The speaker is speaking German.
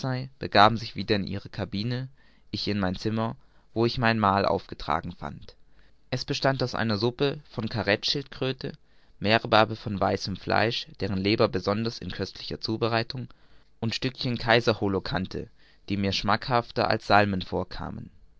begaben sich wieder in ihre cabine ich in mein zimmer wo ich mein mahl aufgetragen fand es bestand aus einer suppe von caretschildkröte meerbarbe von weißem fleisch deren leber besonders in köstlicher zubereitung und stückchen kaiser holocante die mir schmackhafter als salmen vorkamen